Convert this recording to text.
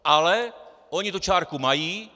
Ale, oni tu čárku mají.